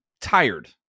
tired